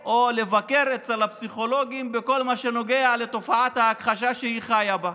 לבקר אצל הפסיכולוגים בכל מה שנוגע לתופעת ההכחשה שהיא חיה בה.